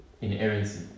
inerrancy